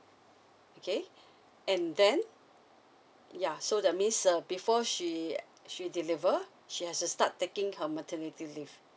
okay and then yeah so that means uh before she she deliver she has to start taking her maternity leave